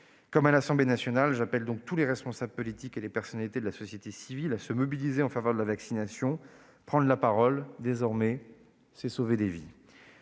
Comme à l'Assemblée nationale, j'appelle donc tous les responsables politiques et les personnalités de la société civile à se mobiliser en faveur de la vaccination. Désormais, prendre la parole, c'est sauver des vies.